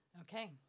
Okay